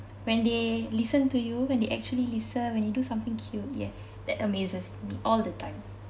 when they listen to you when they actually listen when they do something cute yes that amazes me all the time